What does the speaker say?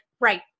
right